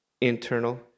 internal